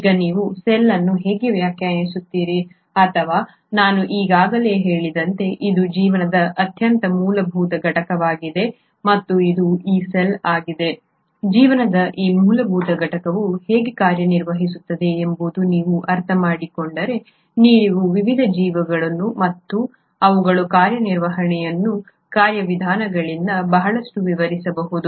ಈಗ ನೀವು ಸೆಲ್ ಅನ್ನು ಹೇಗೆ ವ್ಯಾಖ್ಯಾನಿಸುತ್ತೀರಿ ನಾನು ಈಗಾಗಲೇ ಹೇಳಿದಂತೆ ಇದು ಜೀವನದ ಅತ್ಯಂತ ಮೂಲಭೂತ ಘಟಕವಾಗಿದೆ ಮತ್ತು ಇದು ಈ ಸೆಲ್ ಆಗಿದೆ ಜೀವನದ ಈ ಮೂಲಭೂತ ಘಟಕವು ಹೇಗೆ ಕಾರ್ಯನಿರ್ವಹಿಸುತ್ತದೆ ಎಂಬುದನ್ನು ನೀವು ಅರ್ಥಮಾಡಿಕೊಂಡರೆ ನೀವು ವಿವಿಧ ಜೀವಿಗಳು ಮತ್ತು ಅವುಗಳ ಕಾರ್ಯನಿರ್ವಹಣೆಯ ಕಾರ್ಯವಿಧಾನಗಳಿಗೆ ಬಹಳಷ್ಟು ವಿವರಿಸಬಹುದು